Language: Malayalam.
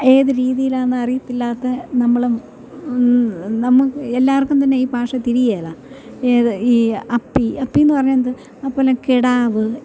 ഏത് രീതിയിലാന്ന് അറിയത്തില്ലാത്ത നമ്മളും നമുക്ക് എല്ലാവർക്കും തന്നെ ഈ ഭാഷ തിരിയേലാ ഏത് ഈ അപ്പി അപ്പീന്ന് പറഞ്ഞ എന്ത് അതുപോലെ കെടാവ്